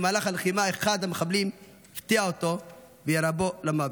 ובמהלך הלחימה אחד המחבלים הפתיע אותו וירה בו למוות.